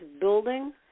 building